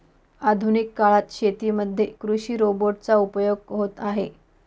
आधुनिक काळात शेतीमध्ये कृषि रोबोट चा उपयोग होत आहे